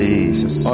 Jesus